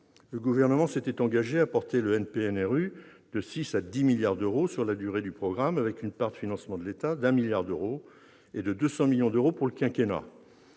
Le Gouvernement s'était engagé à porter le NPNRU de 6 milliards à 10 milliards d'euros sur la durée du programme, avec une part de financement de l'État de 1 milliard d'euros, soit 200 millions d'euros par an au cours du quinquennat.